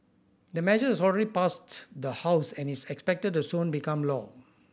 the measure has already passed the House and is expected to soon become law